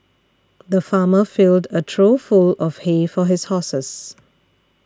the farmer filled a trough full of hay for his horses